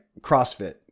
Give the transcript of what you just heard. CrossFit